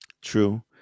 True